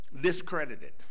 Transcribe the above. discredited